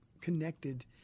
connected